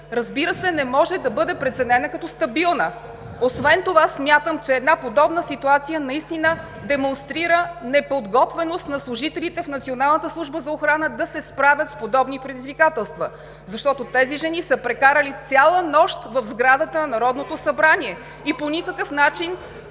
разбира се, не може да бъде преценена като стабилна. Освен това смятам, че една подобна ситуация наистина демонстрира неподготвеност на служителите в Националната служба за охрана да се справят с подобни предизвикателства, защото тези жени са прекарали цяла нощ в сградата на Народното събрание (шум и реплики)